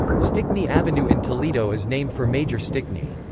stickney avenue in toledo is named for major stickney.